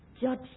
judge